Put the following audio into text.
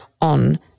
on